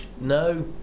no